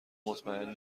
مطمئن